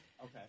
Okay